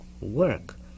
work